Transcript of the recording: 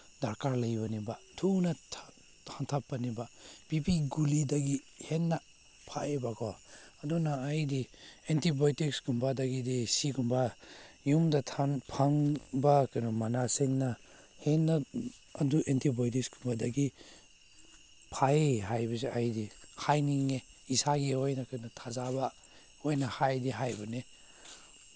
ꯗꯔꯀꯥꯔ ꯂꯩꯕꯅꯦꯕ ꯊꯨꯅ ꯍꯟꯊꯕꯅꯦꯕ ꯕꯤ ꯄꯤ ꯒꯨꯂꯤꯗꯒꯤ ꯍꯦꯟꯅ ꯐꯩꯌꯦꯕꯀꯣ ꯑꯗꯨꯅ ꯑꯩꯗꯤ ꯑꯦꯟꯇꯤꯕꯥꯑꯣꯇꯤꯛꯁꯀꯨꯝꯕ ꯑꯗꯒꯤꯗꯤ ꯁꯤꯒꯨꯝꯕ ꯌꯨꯝꯗ ꯐꯪꯕ ꯀꯩꯅꯣ ꯃꯅꯥꯁꯤꯡꯅ ꯍꯦꯟꯅ ꯑꯗꯨ ꯑꯦꯟꯇꯤꯕꯥꯑꯣꯇꯤꯛꯁ ꯑꯃꯗꯒꯤ ꯐꯩ ꯍꯥꯏꯕꯁꯤ ꯑꯩꯗꯤ ꯍꯥꯏꯅꯤꯡꯉꯦ ꯏꯁꯥꯒꯤ ꯑꯣꯏꯅ ꯀꯩꯅꯣ ꯊꯥꯖꯕ ꯃꯣꯏꯅ ꯍꯥꯏꯗꯤ ꯍꯥꯏꯕꯅꯦ